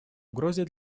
угрозой